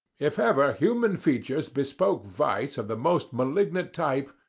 if ever human features bespoke vice of the most malignant type,